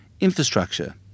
infrastructure